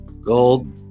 Gold